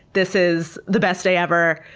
this is the best day ever.